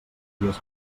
dies